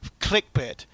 clickbait